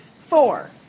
Four